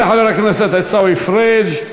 תודה לחבר הכנסת עיסאווי פריג'.